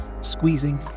squeezing